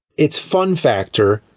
it's fun factor.